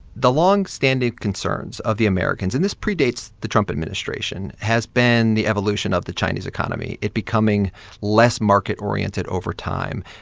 the long-standing concerns of the americans and this predates the trump administration has been the evolution of the chinese economy it becoming less market-oriented over time,